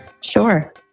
Sure